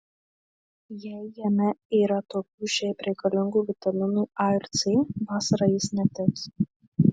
jei jame yra tokių šiaip reikalingų vitaminų a ir c vasarą jis netiks